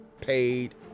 paid